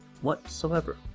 whatsoever